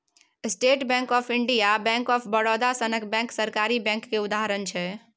state bank of India, bank of Baroda सनक bank सरकारी bank केर उदाहरण छै